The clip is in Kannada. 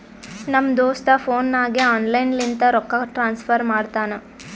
ನಮ್ ದೋಸ್ತ ಫೋನ್ ನಾಗೆ ಆನ್ಲೈನ್ ಲಿಂತ ರೊಕ್ಕಾ ಟ್ರಾನ್ಸಫರ್ ಮಾಡ್ತಾನ